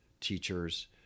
teachers